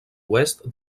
oest